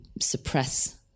suppress